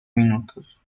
minutos